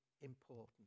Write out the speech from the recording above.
important